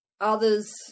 others